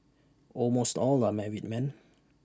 almost all are married men